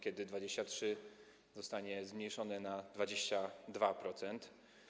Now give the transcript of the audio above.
Kiedy 23% zostanie zmniejszone do 22%?